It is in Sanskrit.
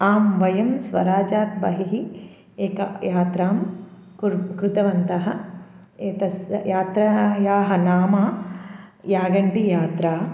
आं वयं स्वराजात् बहिः एकां यात्रां कृ कृतवन्तः एतस्य यात्रायाः नाम यागण्टियात्रा